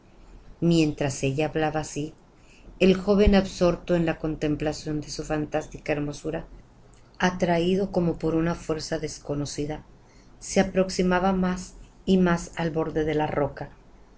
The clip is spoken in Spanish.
mientras ella hablaba así el joven absorto en la contemplación de su fantástica hermosura atraído como por una fuerza desconocida se aproximaba más y más al borde de la roca